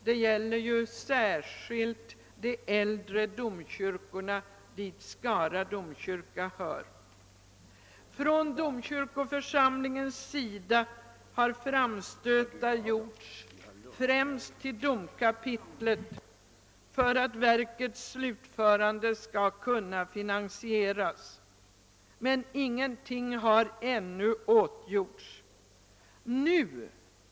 Det gäller särskilt de äldre domkyrkorna, till vilka Skara domkyrka hör. Domkyrkoförsamlingen har gjort framställningar främst till domkapitlet för att verkets slutförande skall kunna finansieras, men ingenting har ännu åtgjorts.